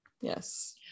yes